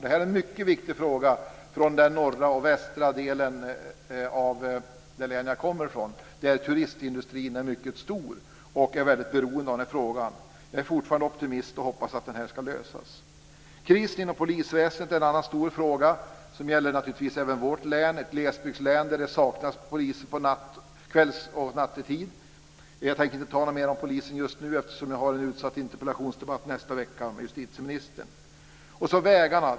Det är en mycket viktig fråga för den norra och västra delen av det län jag kommer ifrån där turistindustrin är mycket stor och väldigt beroende av den här frågans lösning. Jag är fortfarande optimist och hoppas att det ska lösas. Krisen inom polisväsendet är en annan fråga som gäller även vårt län, ett glesbygdslän där det saknas poliser på kvälls och nattetid. Jag tänker inte tala mer om polisen just nu eftersom jag ska ha en interpellationsdebatt nästa vecka med justitieministern. Så vägarna.